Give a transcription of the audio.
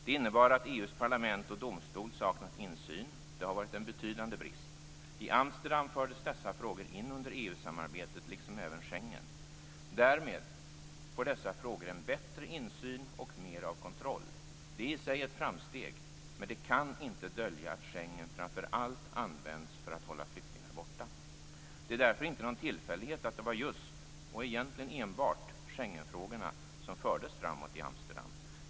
Det innebar att EU:s parlament och domstol saknat insyn. Det har varit en betydande brist. I Amsterdam fördes dessa frågor in under EU-samarbetet liksom även Schengensamarbetet. Därmed får man i dessa frågor en bättre insyn och mer kontroll. Det är i sig ett framsteg, men kan inte dölja att Schengensamarbetet framför allt används för att hålla flyktingar borta. Det är därför inte någon tillfällighet att det var just - och egentligen enbart - Schengenfrågorna som fördes framåt i Amsterdam.